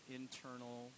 internal